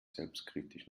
selbstkritisch